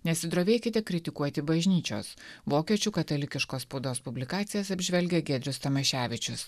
nesidrovėkite kritikuoti bažnyčios vokiečių katalikiškos spaudos publikacijas apžvelgia giedrius tamaševičius